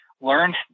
learn